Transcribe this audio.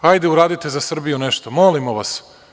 Hajde, uradite za Srbiju nešto, molimo vas.